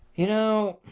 you know.